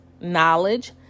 knowledge